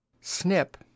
Snip